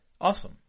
Awesome